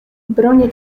bronię